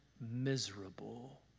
miserable